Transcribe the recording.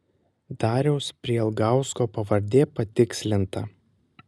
dariaus prialgausko pavardė patikslinta